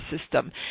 system